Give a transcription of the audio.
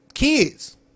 Kids